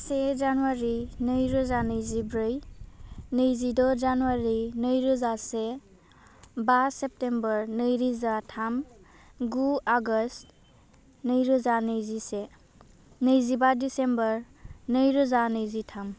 से जानुवारि नै रोजा नैजिब्रै नैजिद' जानुवारि नै रोजा से बा सेप्टेम्बर नै रोजा थाम गु आगष्ट नै रोजा नैजिसे नैजिबा डिसेम्बर नै रोजा रैजिथाम